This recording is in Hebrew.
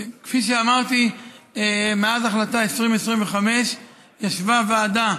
כפי שאמרתי, מאז החלטה 2025 ישבה ועדה,